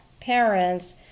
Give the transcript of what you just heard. parents